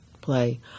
play